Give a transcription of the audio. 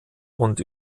und